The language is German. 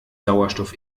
sauerstoff